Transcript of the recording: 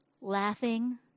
laughing